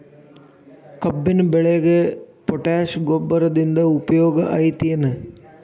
ಕಬ್ಬಿನ ಬೆಳೆಗೆ ಪೋಟ್ಯಾಶ ಗೊಬ್ಬರದಿಂದ ಉಪಯೋಗ ಐತಿ ಏನ್?